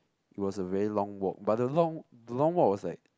it was a very long walk but the long the long walk was like